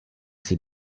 sie